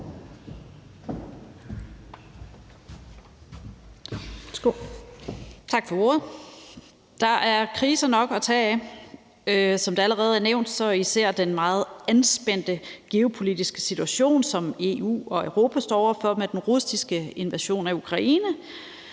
Tak for ordet. Der er kriser nok at tage af. Som det allerede er nævnt, er der især den meget anspændte geopolitiske situation, som EU og Europa står over for, med den russiske invasion af Ukraine,